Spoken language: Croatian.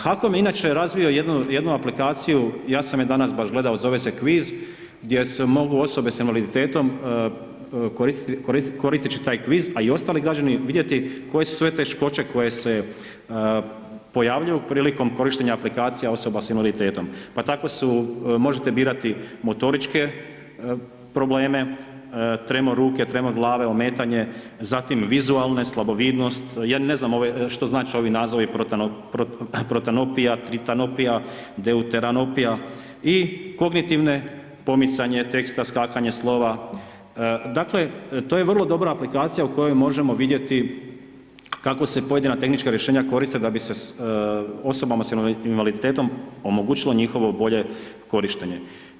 HAKOM je inače razvio jednu aplikaciju, ja sam je danas baš gledao, zove se Kviz, gdje se mogu osobe s invaliditetom koristeći taj Kviz, a i ostali građani vidjeti koje su sve teškoće koje se pojavljuju prilikom korištenja aplikacija osoba s invaliditetom, pa tako možete birati motoričke probleme, tremo ruke, tremo glave, ometanje, zatim vizualne, slabovidnost, ja ne znam što znače ovi nazivi protanopija, tritanopija, deuteranopija i kognitivne, pomicanje teksta, skakanje slova, dakle, to je vrlo dobra aplikacija u kojoj možemo vidjeti kako se pojedina tehnička rješenja koriste da bi se osoba s invaliditetom omogućilo njihovo bolje korištenje.